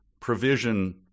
provision